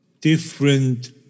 different